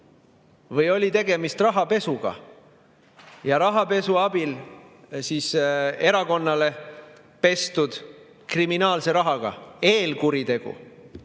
Või oli tegemist rahapesuga ja rahapesu abil erakonnale pestud kriminaalse rahaga? Eelkuritegu